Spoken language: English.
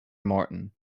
morton